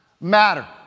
matter